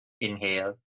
Inhale